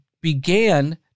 began